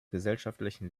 gesellschaftlichen